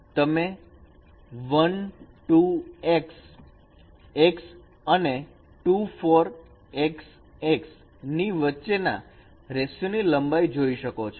તો તમે | 1 2 X X and | 2 4 X X ની વચ્ચે ના રેશીયો ની લંબાઈ જોઈ શકો છો